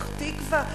פתח-תקווה,